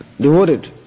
devoted